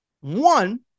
One